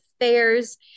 affairs